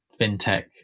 fintech